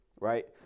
right